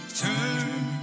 turn